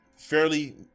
Fairly